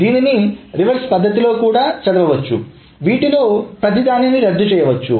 దీనిని రివర్స్ పద్ధతిలో కూడా చదవచ్చు వీటిలో ప్రతి దాన్ని రద్దు చేయవచ్చు